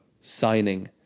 signing